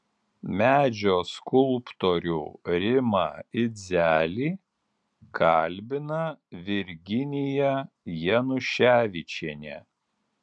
medžio skulptorių rimą idzelį kalbina virginija januševičienė